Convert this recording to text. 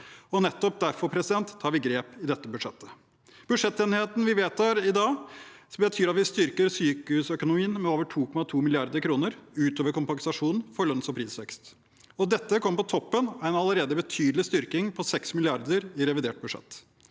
Nettopp derfor tar vi grep i dette budsjettet. Budsjettenigheten vi vedtar her i dag, betyr at vi styrker sykehusøkonomien med over 2,2 mrd. kr utover kompensasjonen for lønns- og prisvekst. Dette kommer på toppen av en allerede betydelig styrking på 6 mrd. kr i revidert budsjett.